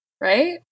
Right